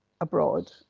abroad